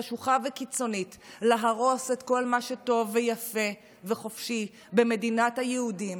חשוכה וקיצונית להרוס את כל מה שטוב ויפה וחופשי במדינת היהודים